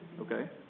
Okay